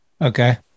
Okay